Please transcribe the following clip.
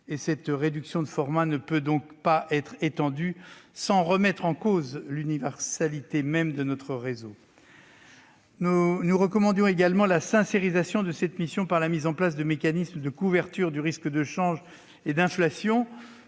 et cette réduction de format ne peut être étendue sans remettre en cause l'universalité de notre réseau. Nous recommandions également la « sincérisation » des crédits de cette mission, par la mise en place de mécanismes de couverture du risque de change et d'inflation,